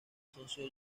socio